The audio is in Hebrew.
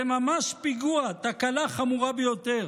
זה ממש פיגוע, התקלה החמורה ביותר".